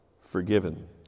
forgiven